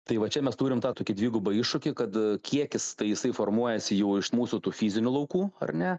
tai va čia mes turim tą tokį dvigubą iššūkį kad kiekis tai jisai formuojasi jau iš mūsų tų fizinių laukų ar ne